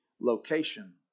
location